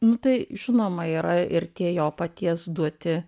nu tai žinoma yra ir tie jo paties duoti